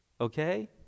Okay